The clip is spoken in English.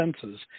senses